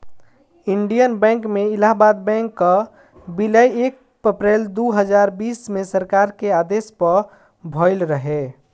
Indian bank में Allahabad bank कअ विलय एक अप्रैल दू हजार बीस में सरकार के आदेश पअ भयल रहे